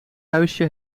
huisje